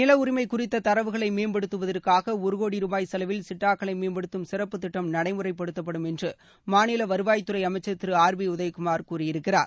நில உரிமை குறித்த தரவுகளை மேம்படுத்துவதற்காக ஒரு கோடி ரூபாய் செலவில் சிட்டாக்களை மேம்படுத்தும் சிறப்பு திட்டம் நடைமுறைப்படுத்தப்படும் என்று மாநில வருவாய்த் துறை அமைச்ச் திரு ஆர் பி உதயகுமார் கூறியிருக்கிறார்